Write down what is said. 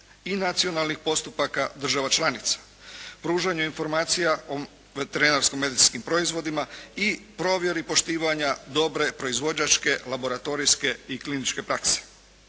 i nacionalnih postupaka država članica, pružanje informacija o veterinarsko-medicinskim proizvodima i provjeri poštivanja dobre proizvođačke laboratorijske i kliničke prakse.